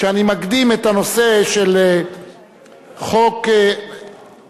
שאני מקדים את הנושא של חוק ההנדסאים.